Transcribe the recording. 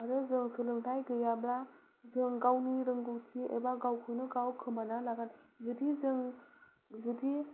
आरो जों सोलोंथाय गैयाब्ला जों गावनि रोंगौथि एबा गावखौनो गाव खोमानानै लागोन जुदि जों जुदि